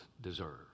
deserve